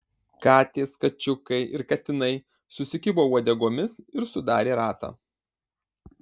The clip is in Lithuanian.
katės kačiukai ir katinai susikibo uodegomis ir sudarė ratą